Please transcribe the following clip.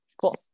Cool